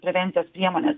prevencijos priemones